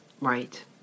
Right